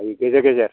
हायो गेजेर गेजेर